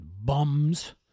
bums